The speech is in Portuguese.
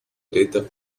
preta